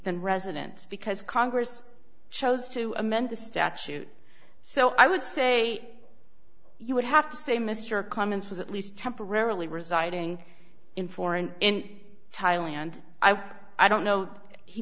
than residents because congress chose to amend the statute so i would say you would have to say mr clemens was at least temporarily residing in foreign in thailand i don't know he